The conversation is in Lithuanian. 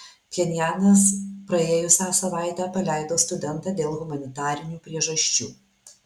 pchenjanas praėjusią savaitę paleido studentą dėl humanitarinių priežasčių